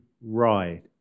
ride